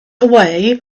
away